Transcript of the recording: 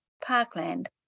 parkland